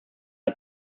are